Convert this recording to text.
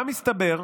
מה מסתבר?